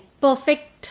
perfect